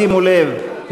שימו לב,